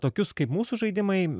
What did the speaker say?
tokius kaip mūsų žaidimai